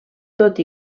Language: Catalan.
tot